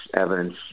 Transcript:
Evidence